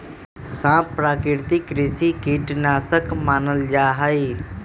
सांप प्राकृतिक कृषि कीट नाशक मानल जा हई